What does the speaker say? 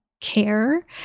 care